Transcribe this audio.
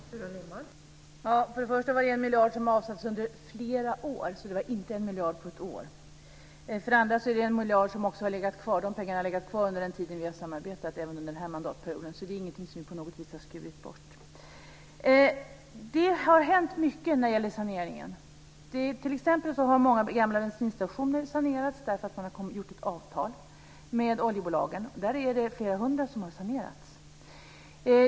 Fru talman! För det första var det en miljard som avsattes under flera år. Det var inte en miljard på ett år. För det andra har de pengarna legat kvar under den tid vi har samarbetat under den här mandatperioden. Det är ingenting som vi på något vis har skurit bort. Det har hänt mycket när det gäller saneringen. T.ex. har många gamla bensinstationer sanerats därför att man har slutit ett avtal med oljebolagen. Det är flera hundra som har sanerats.